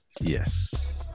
Yes